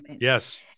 yes